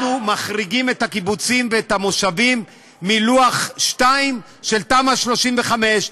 אנחנו מחריגים את הקיבוצים ואת המושבים מלוח 2 של תמ"א 35,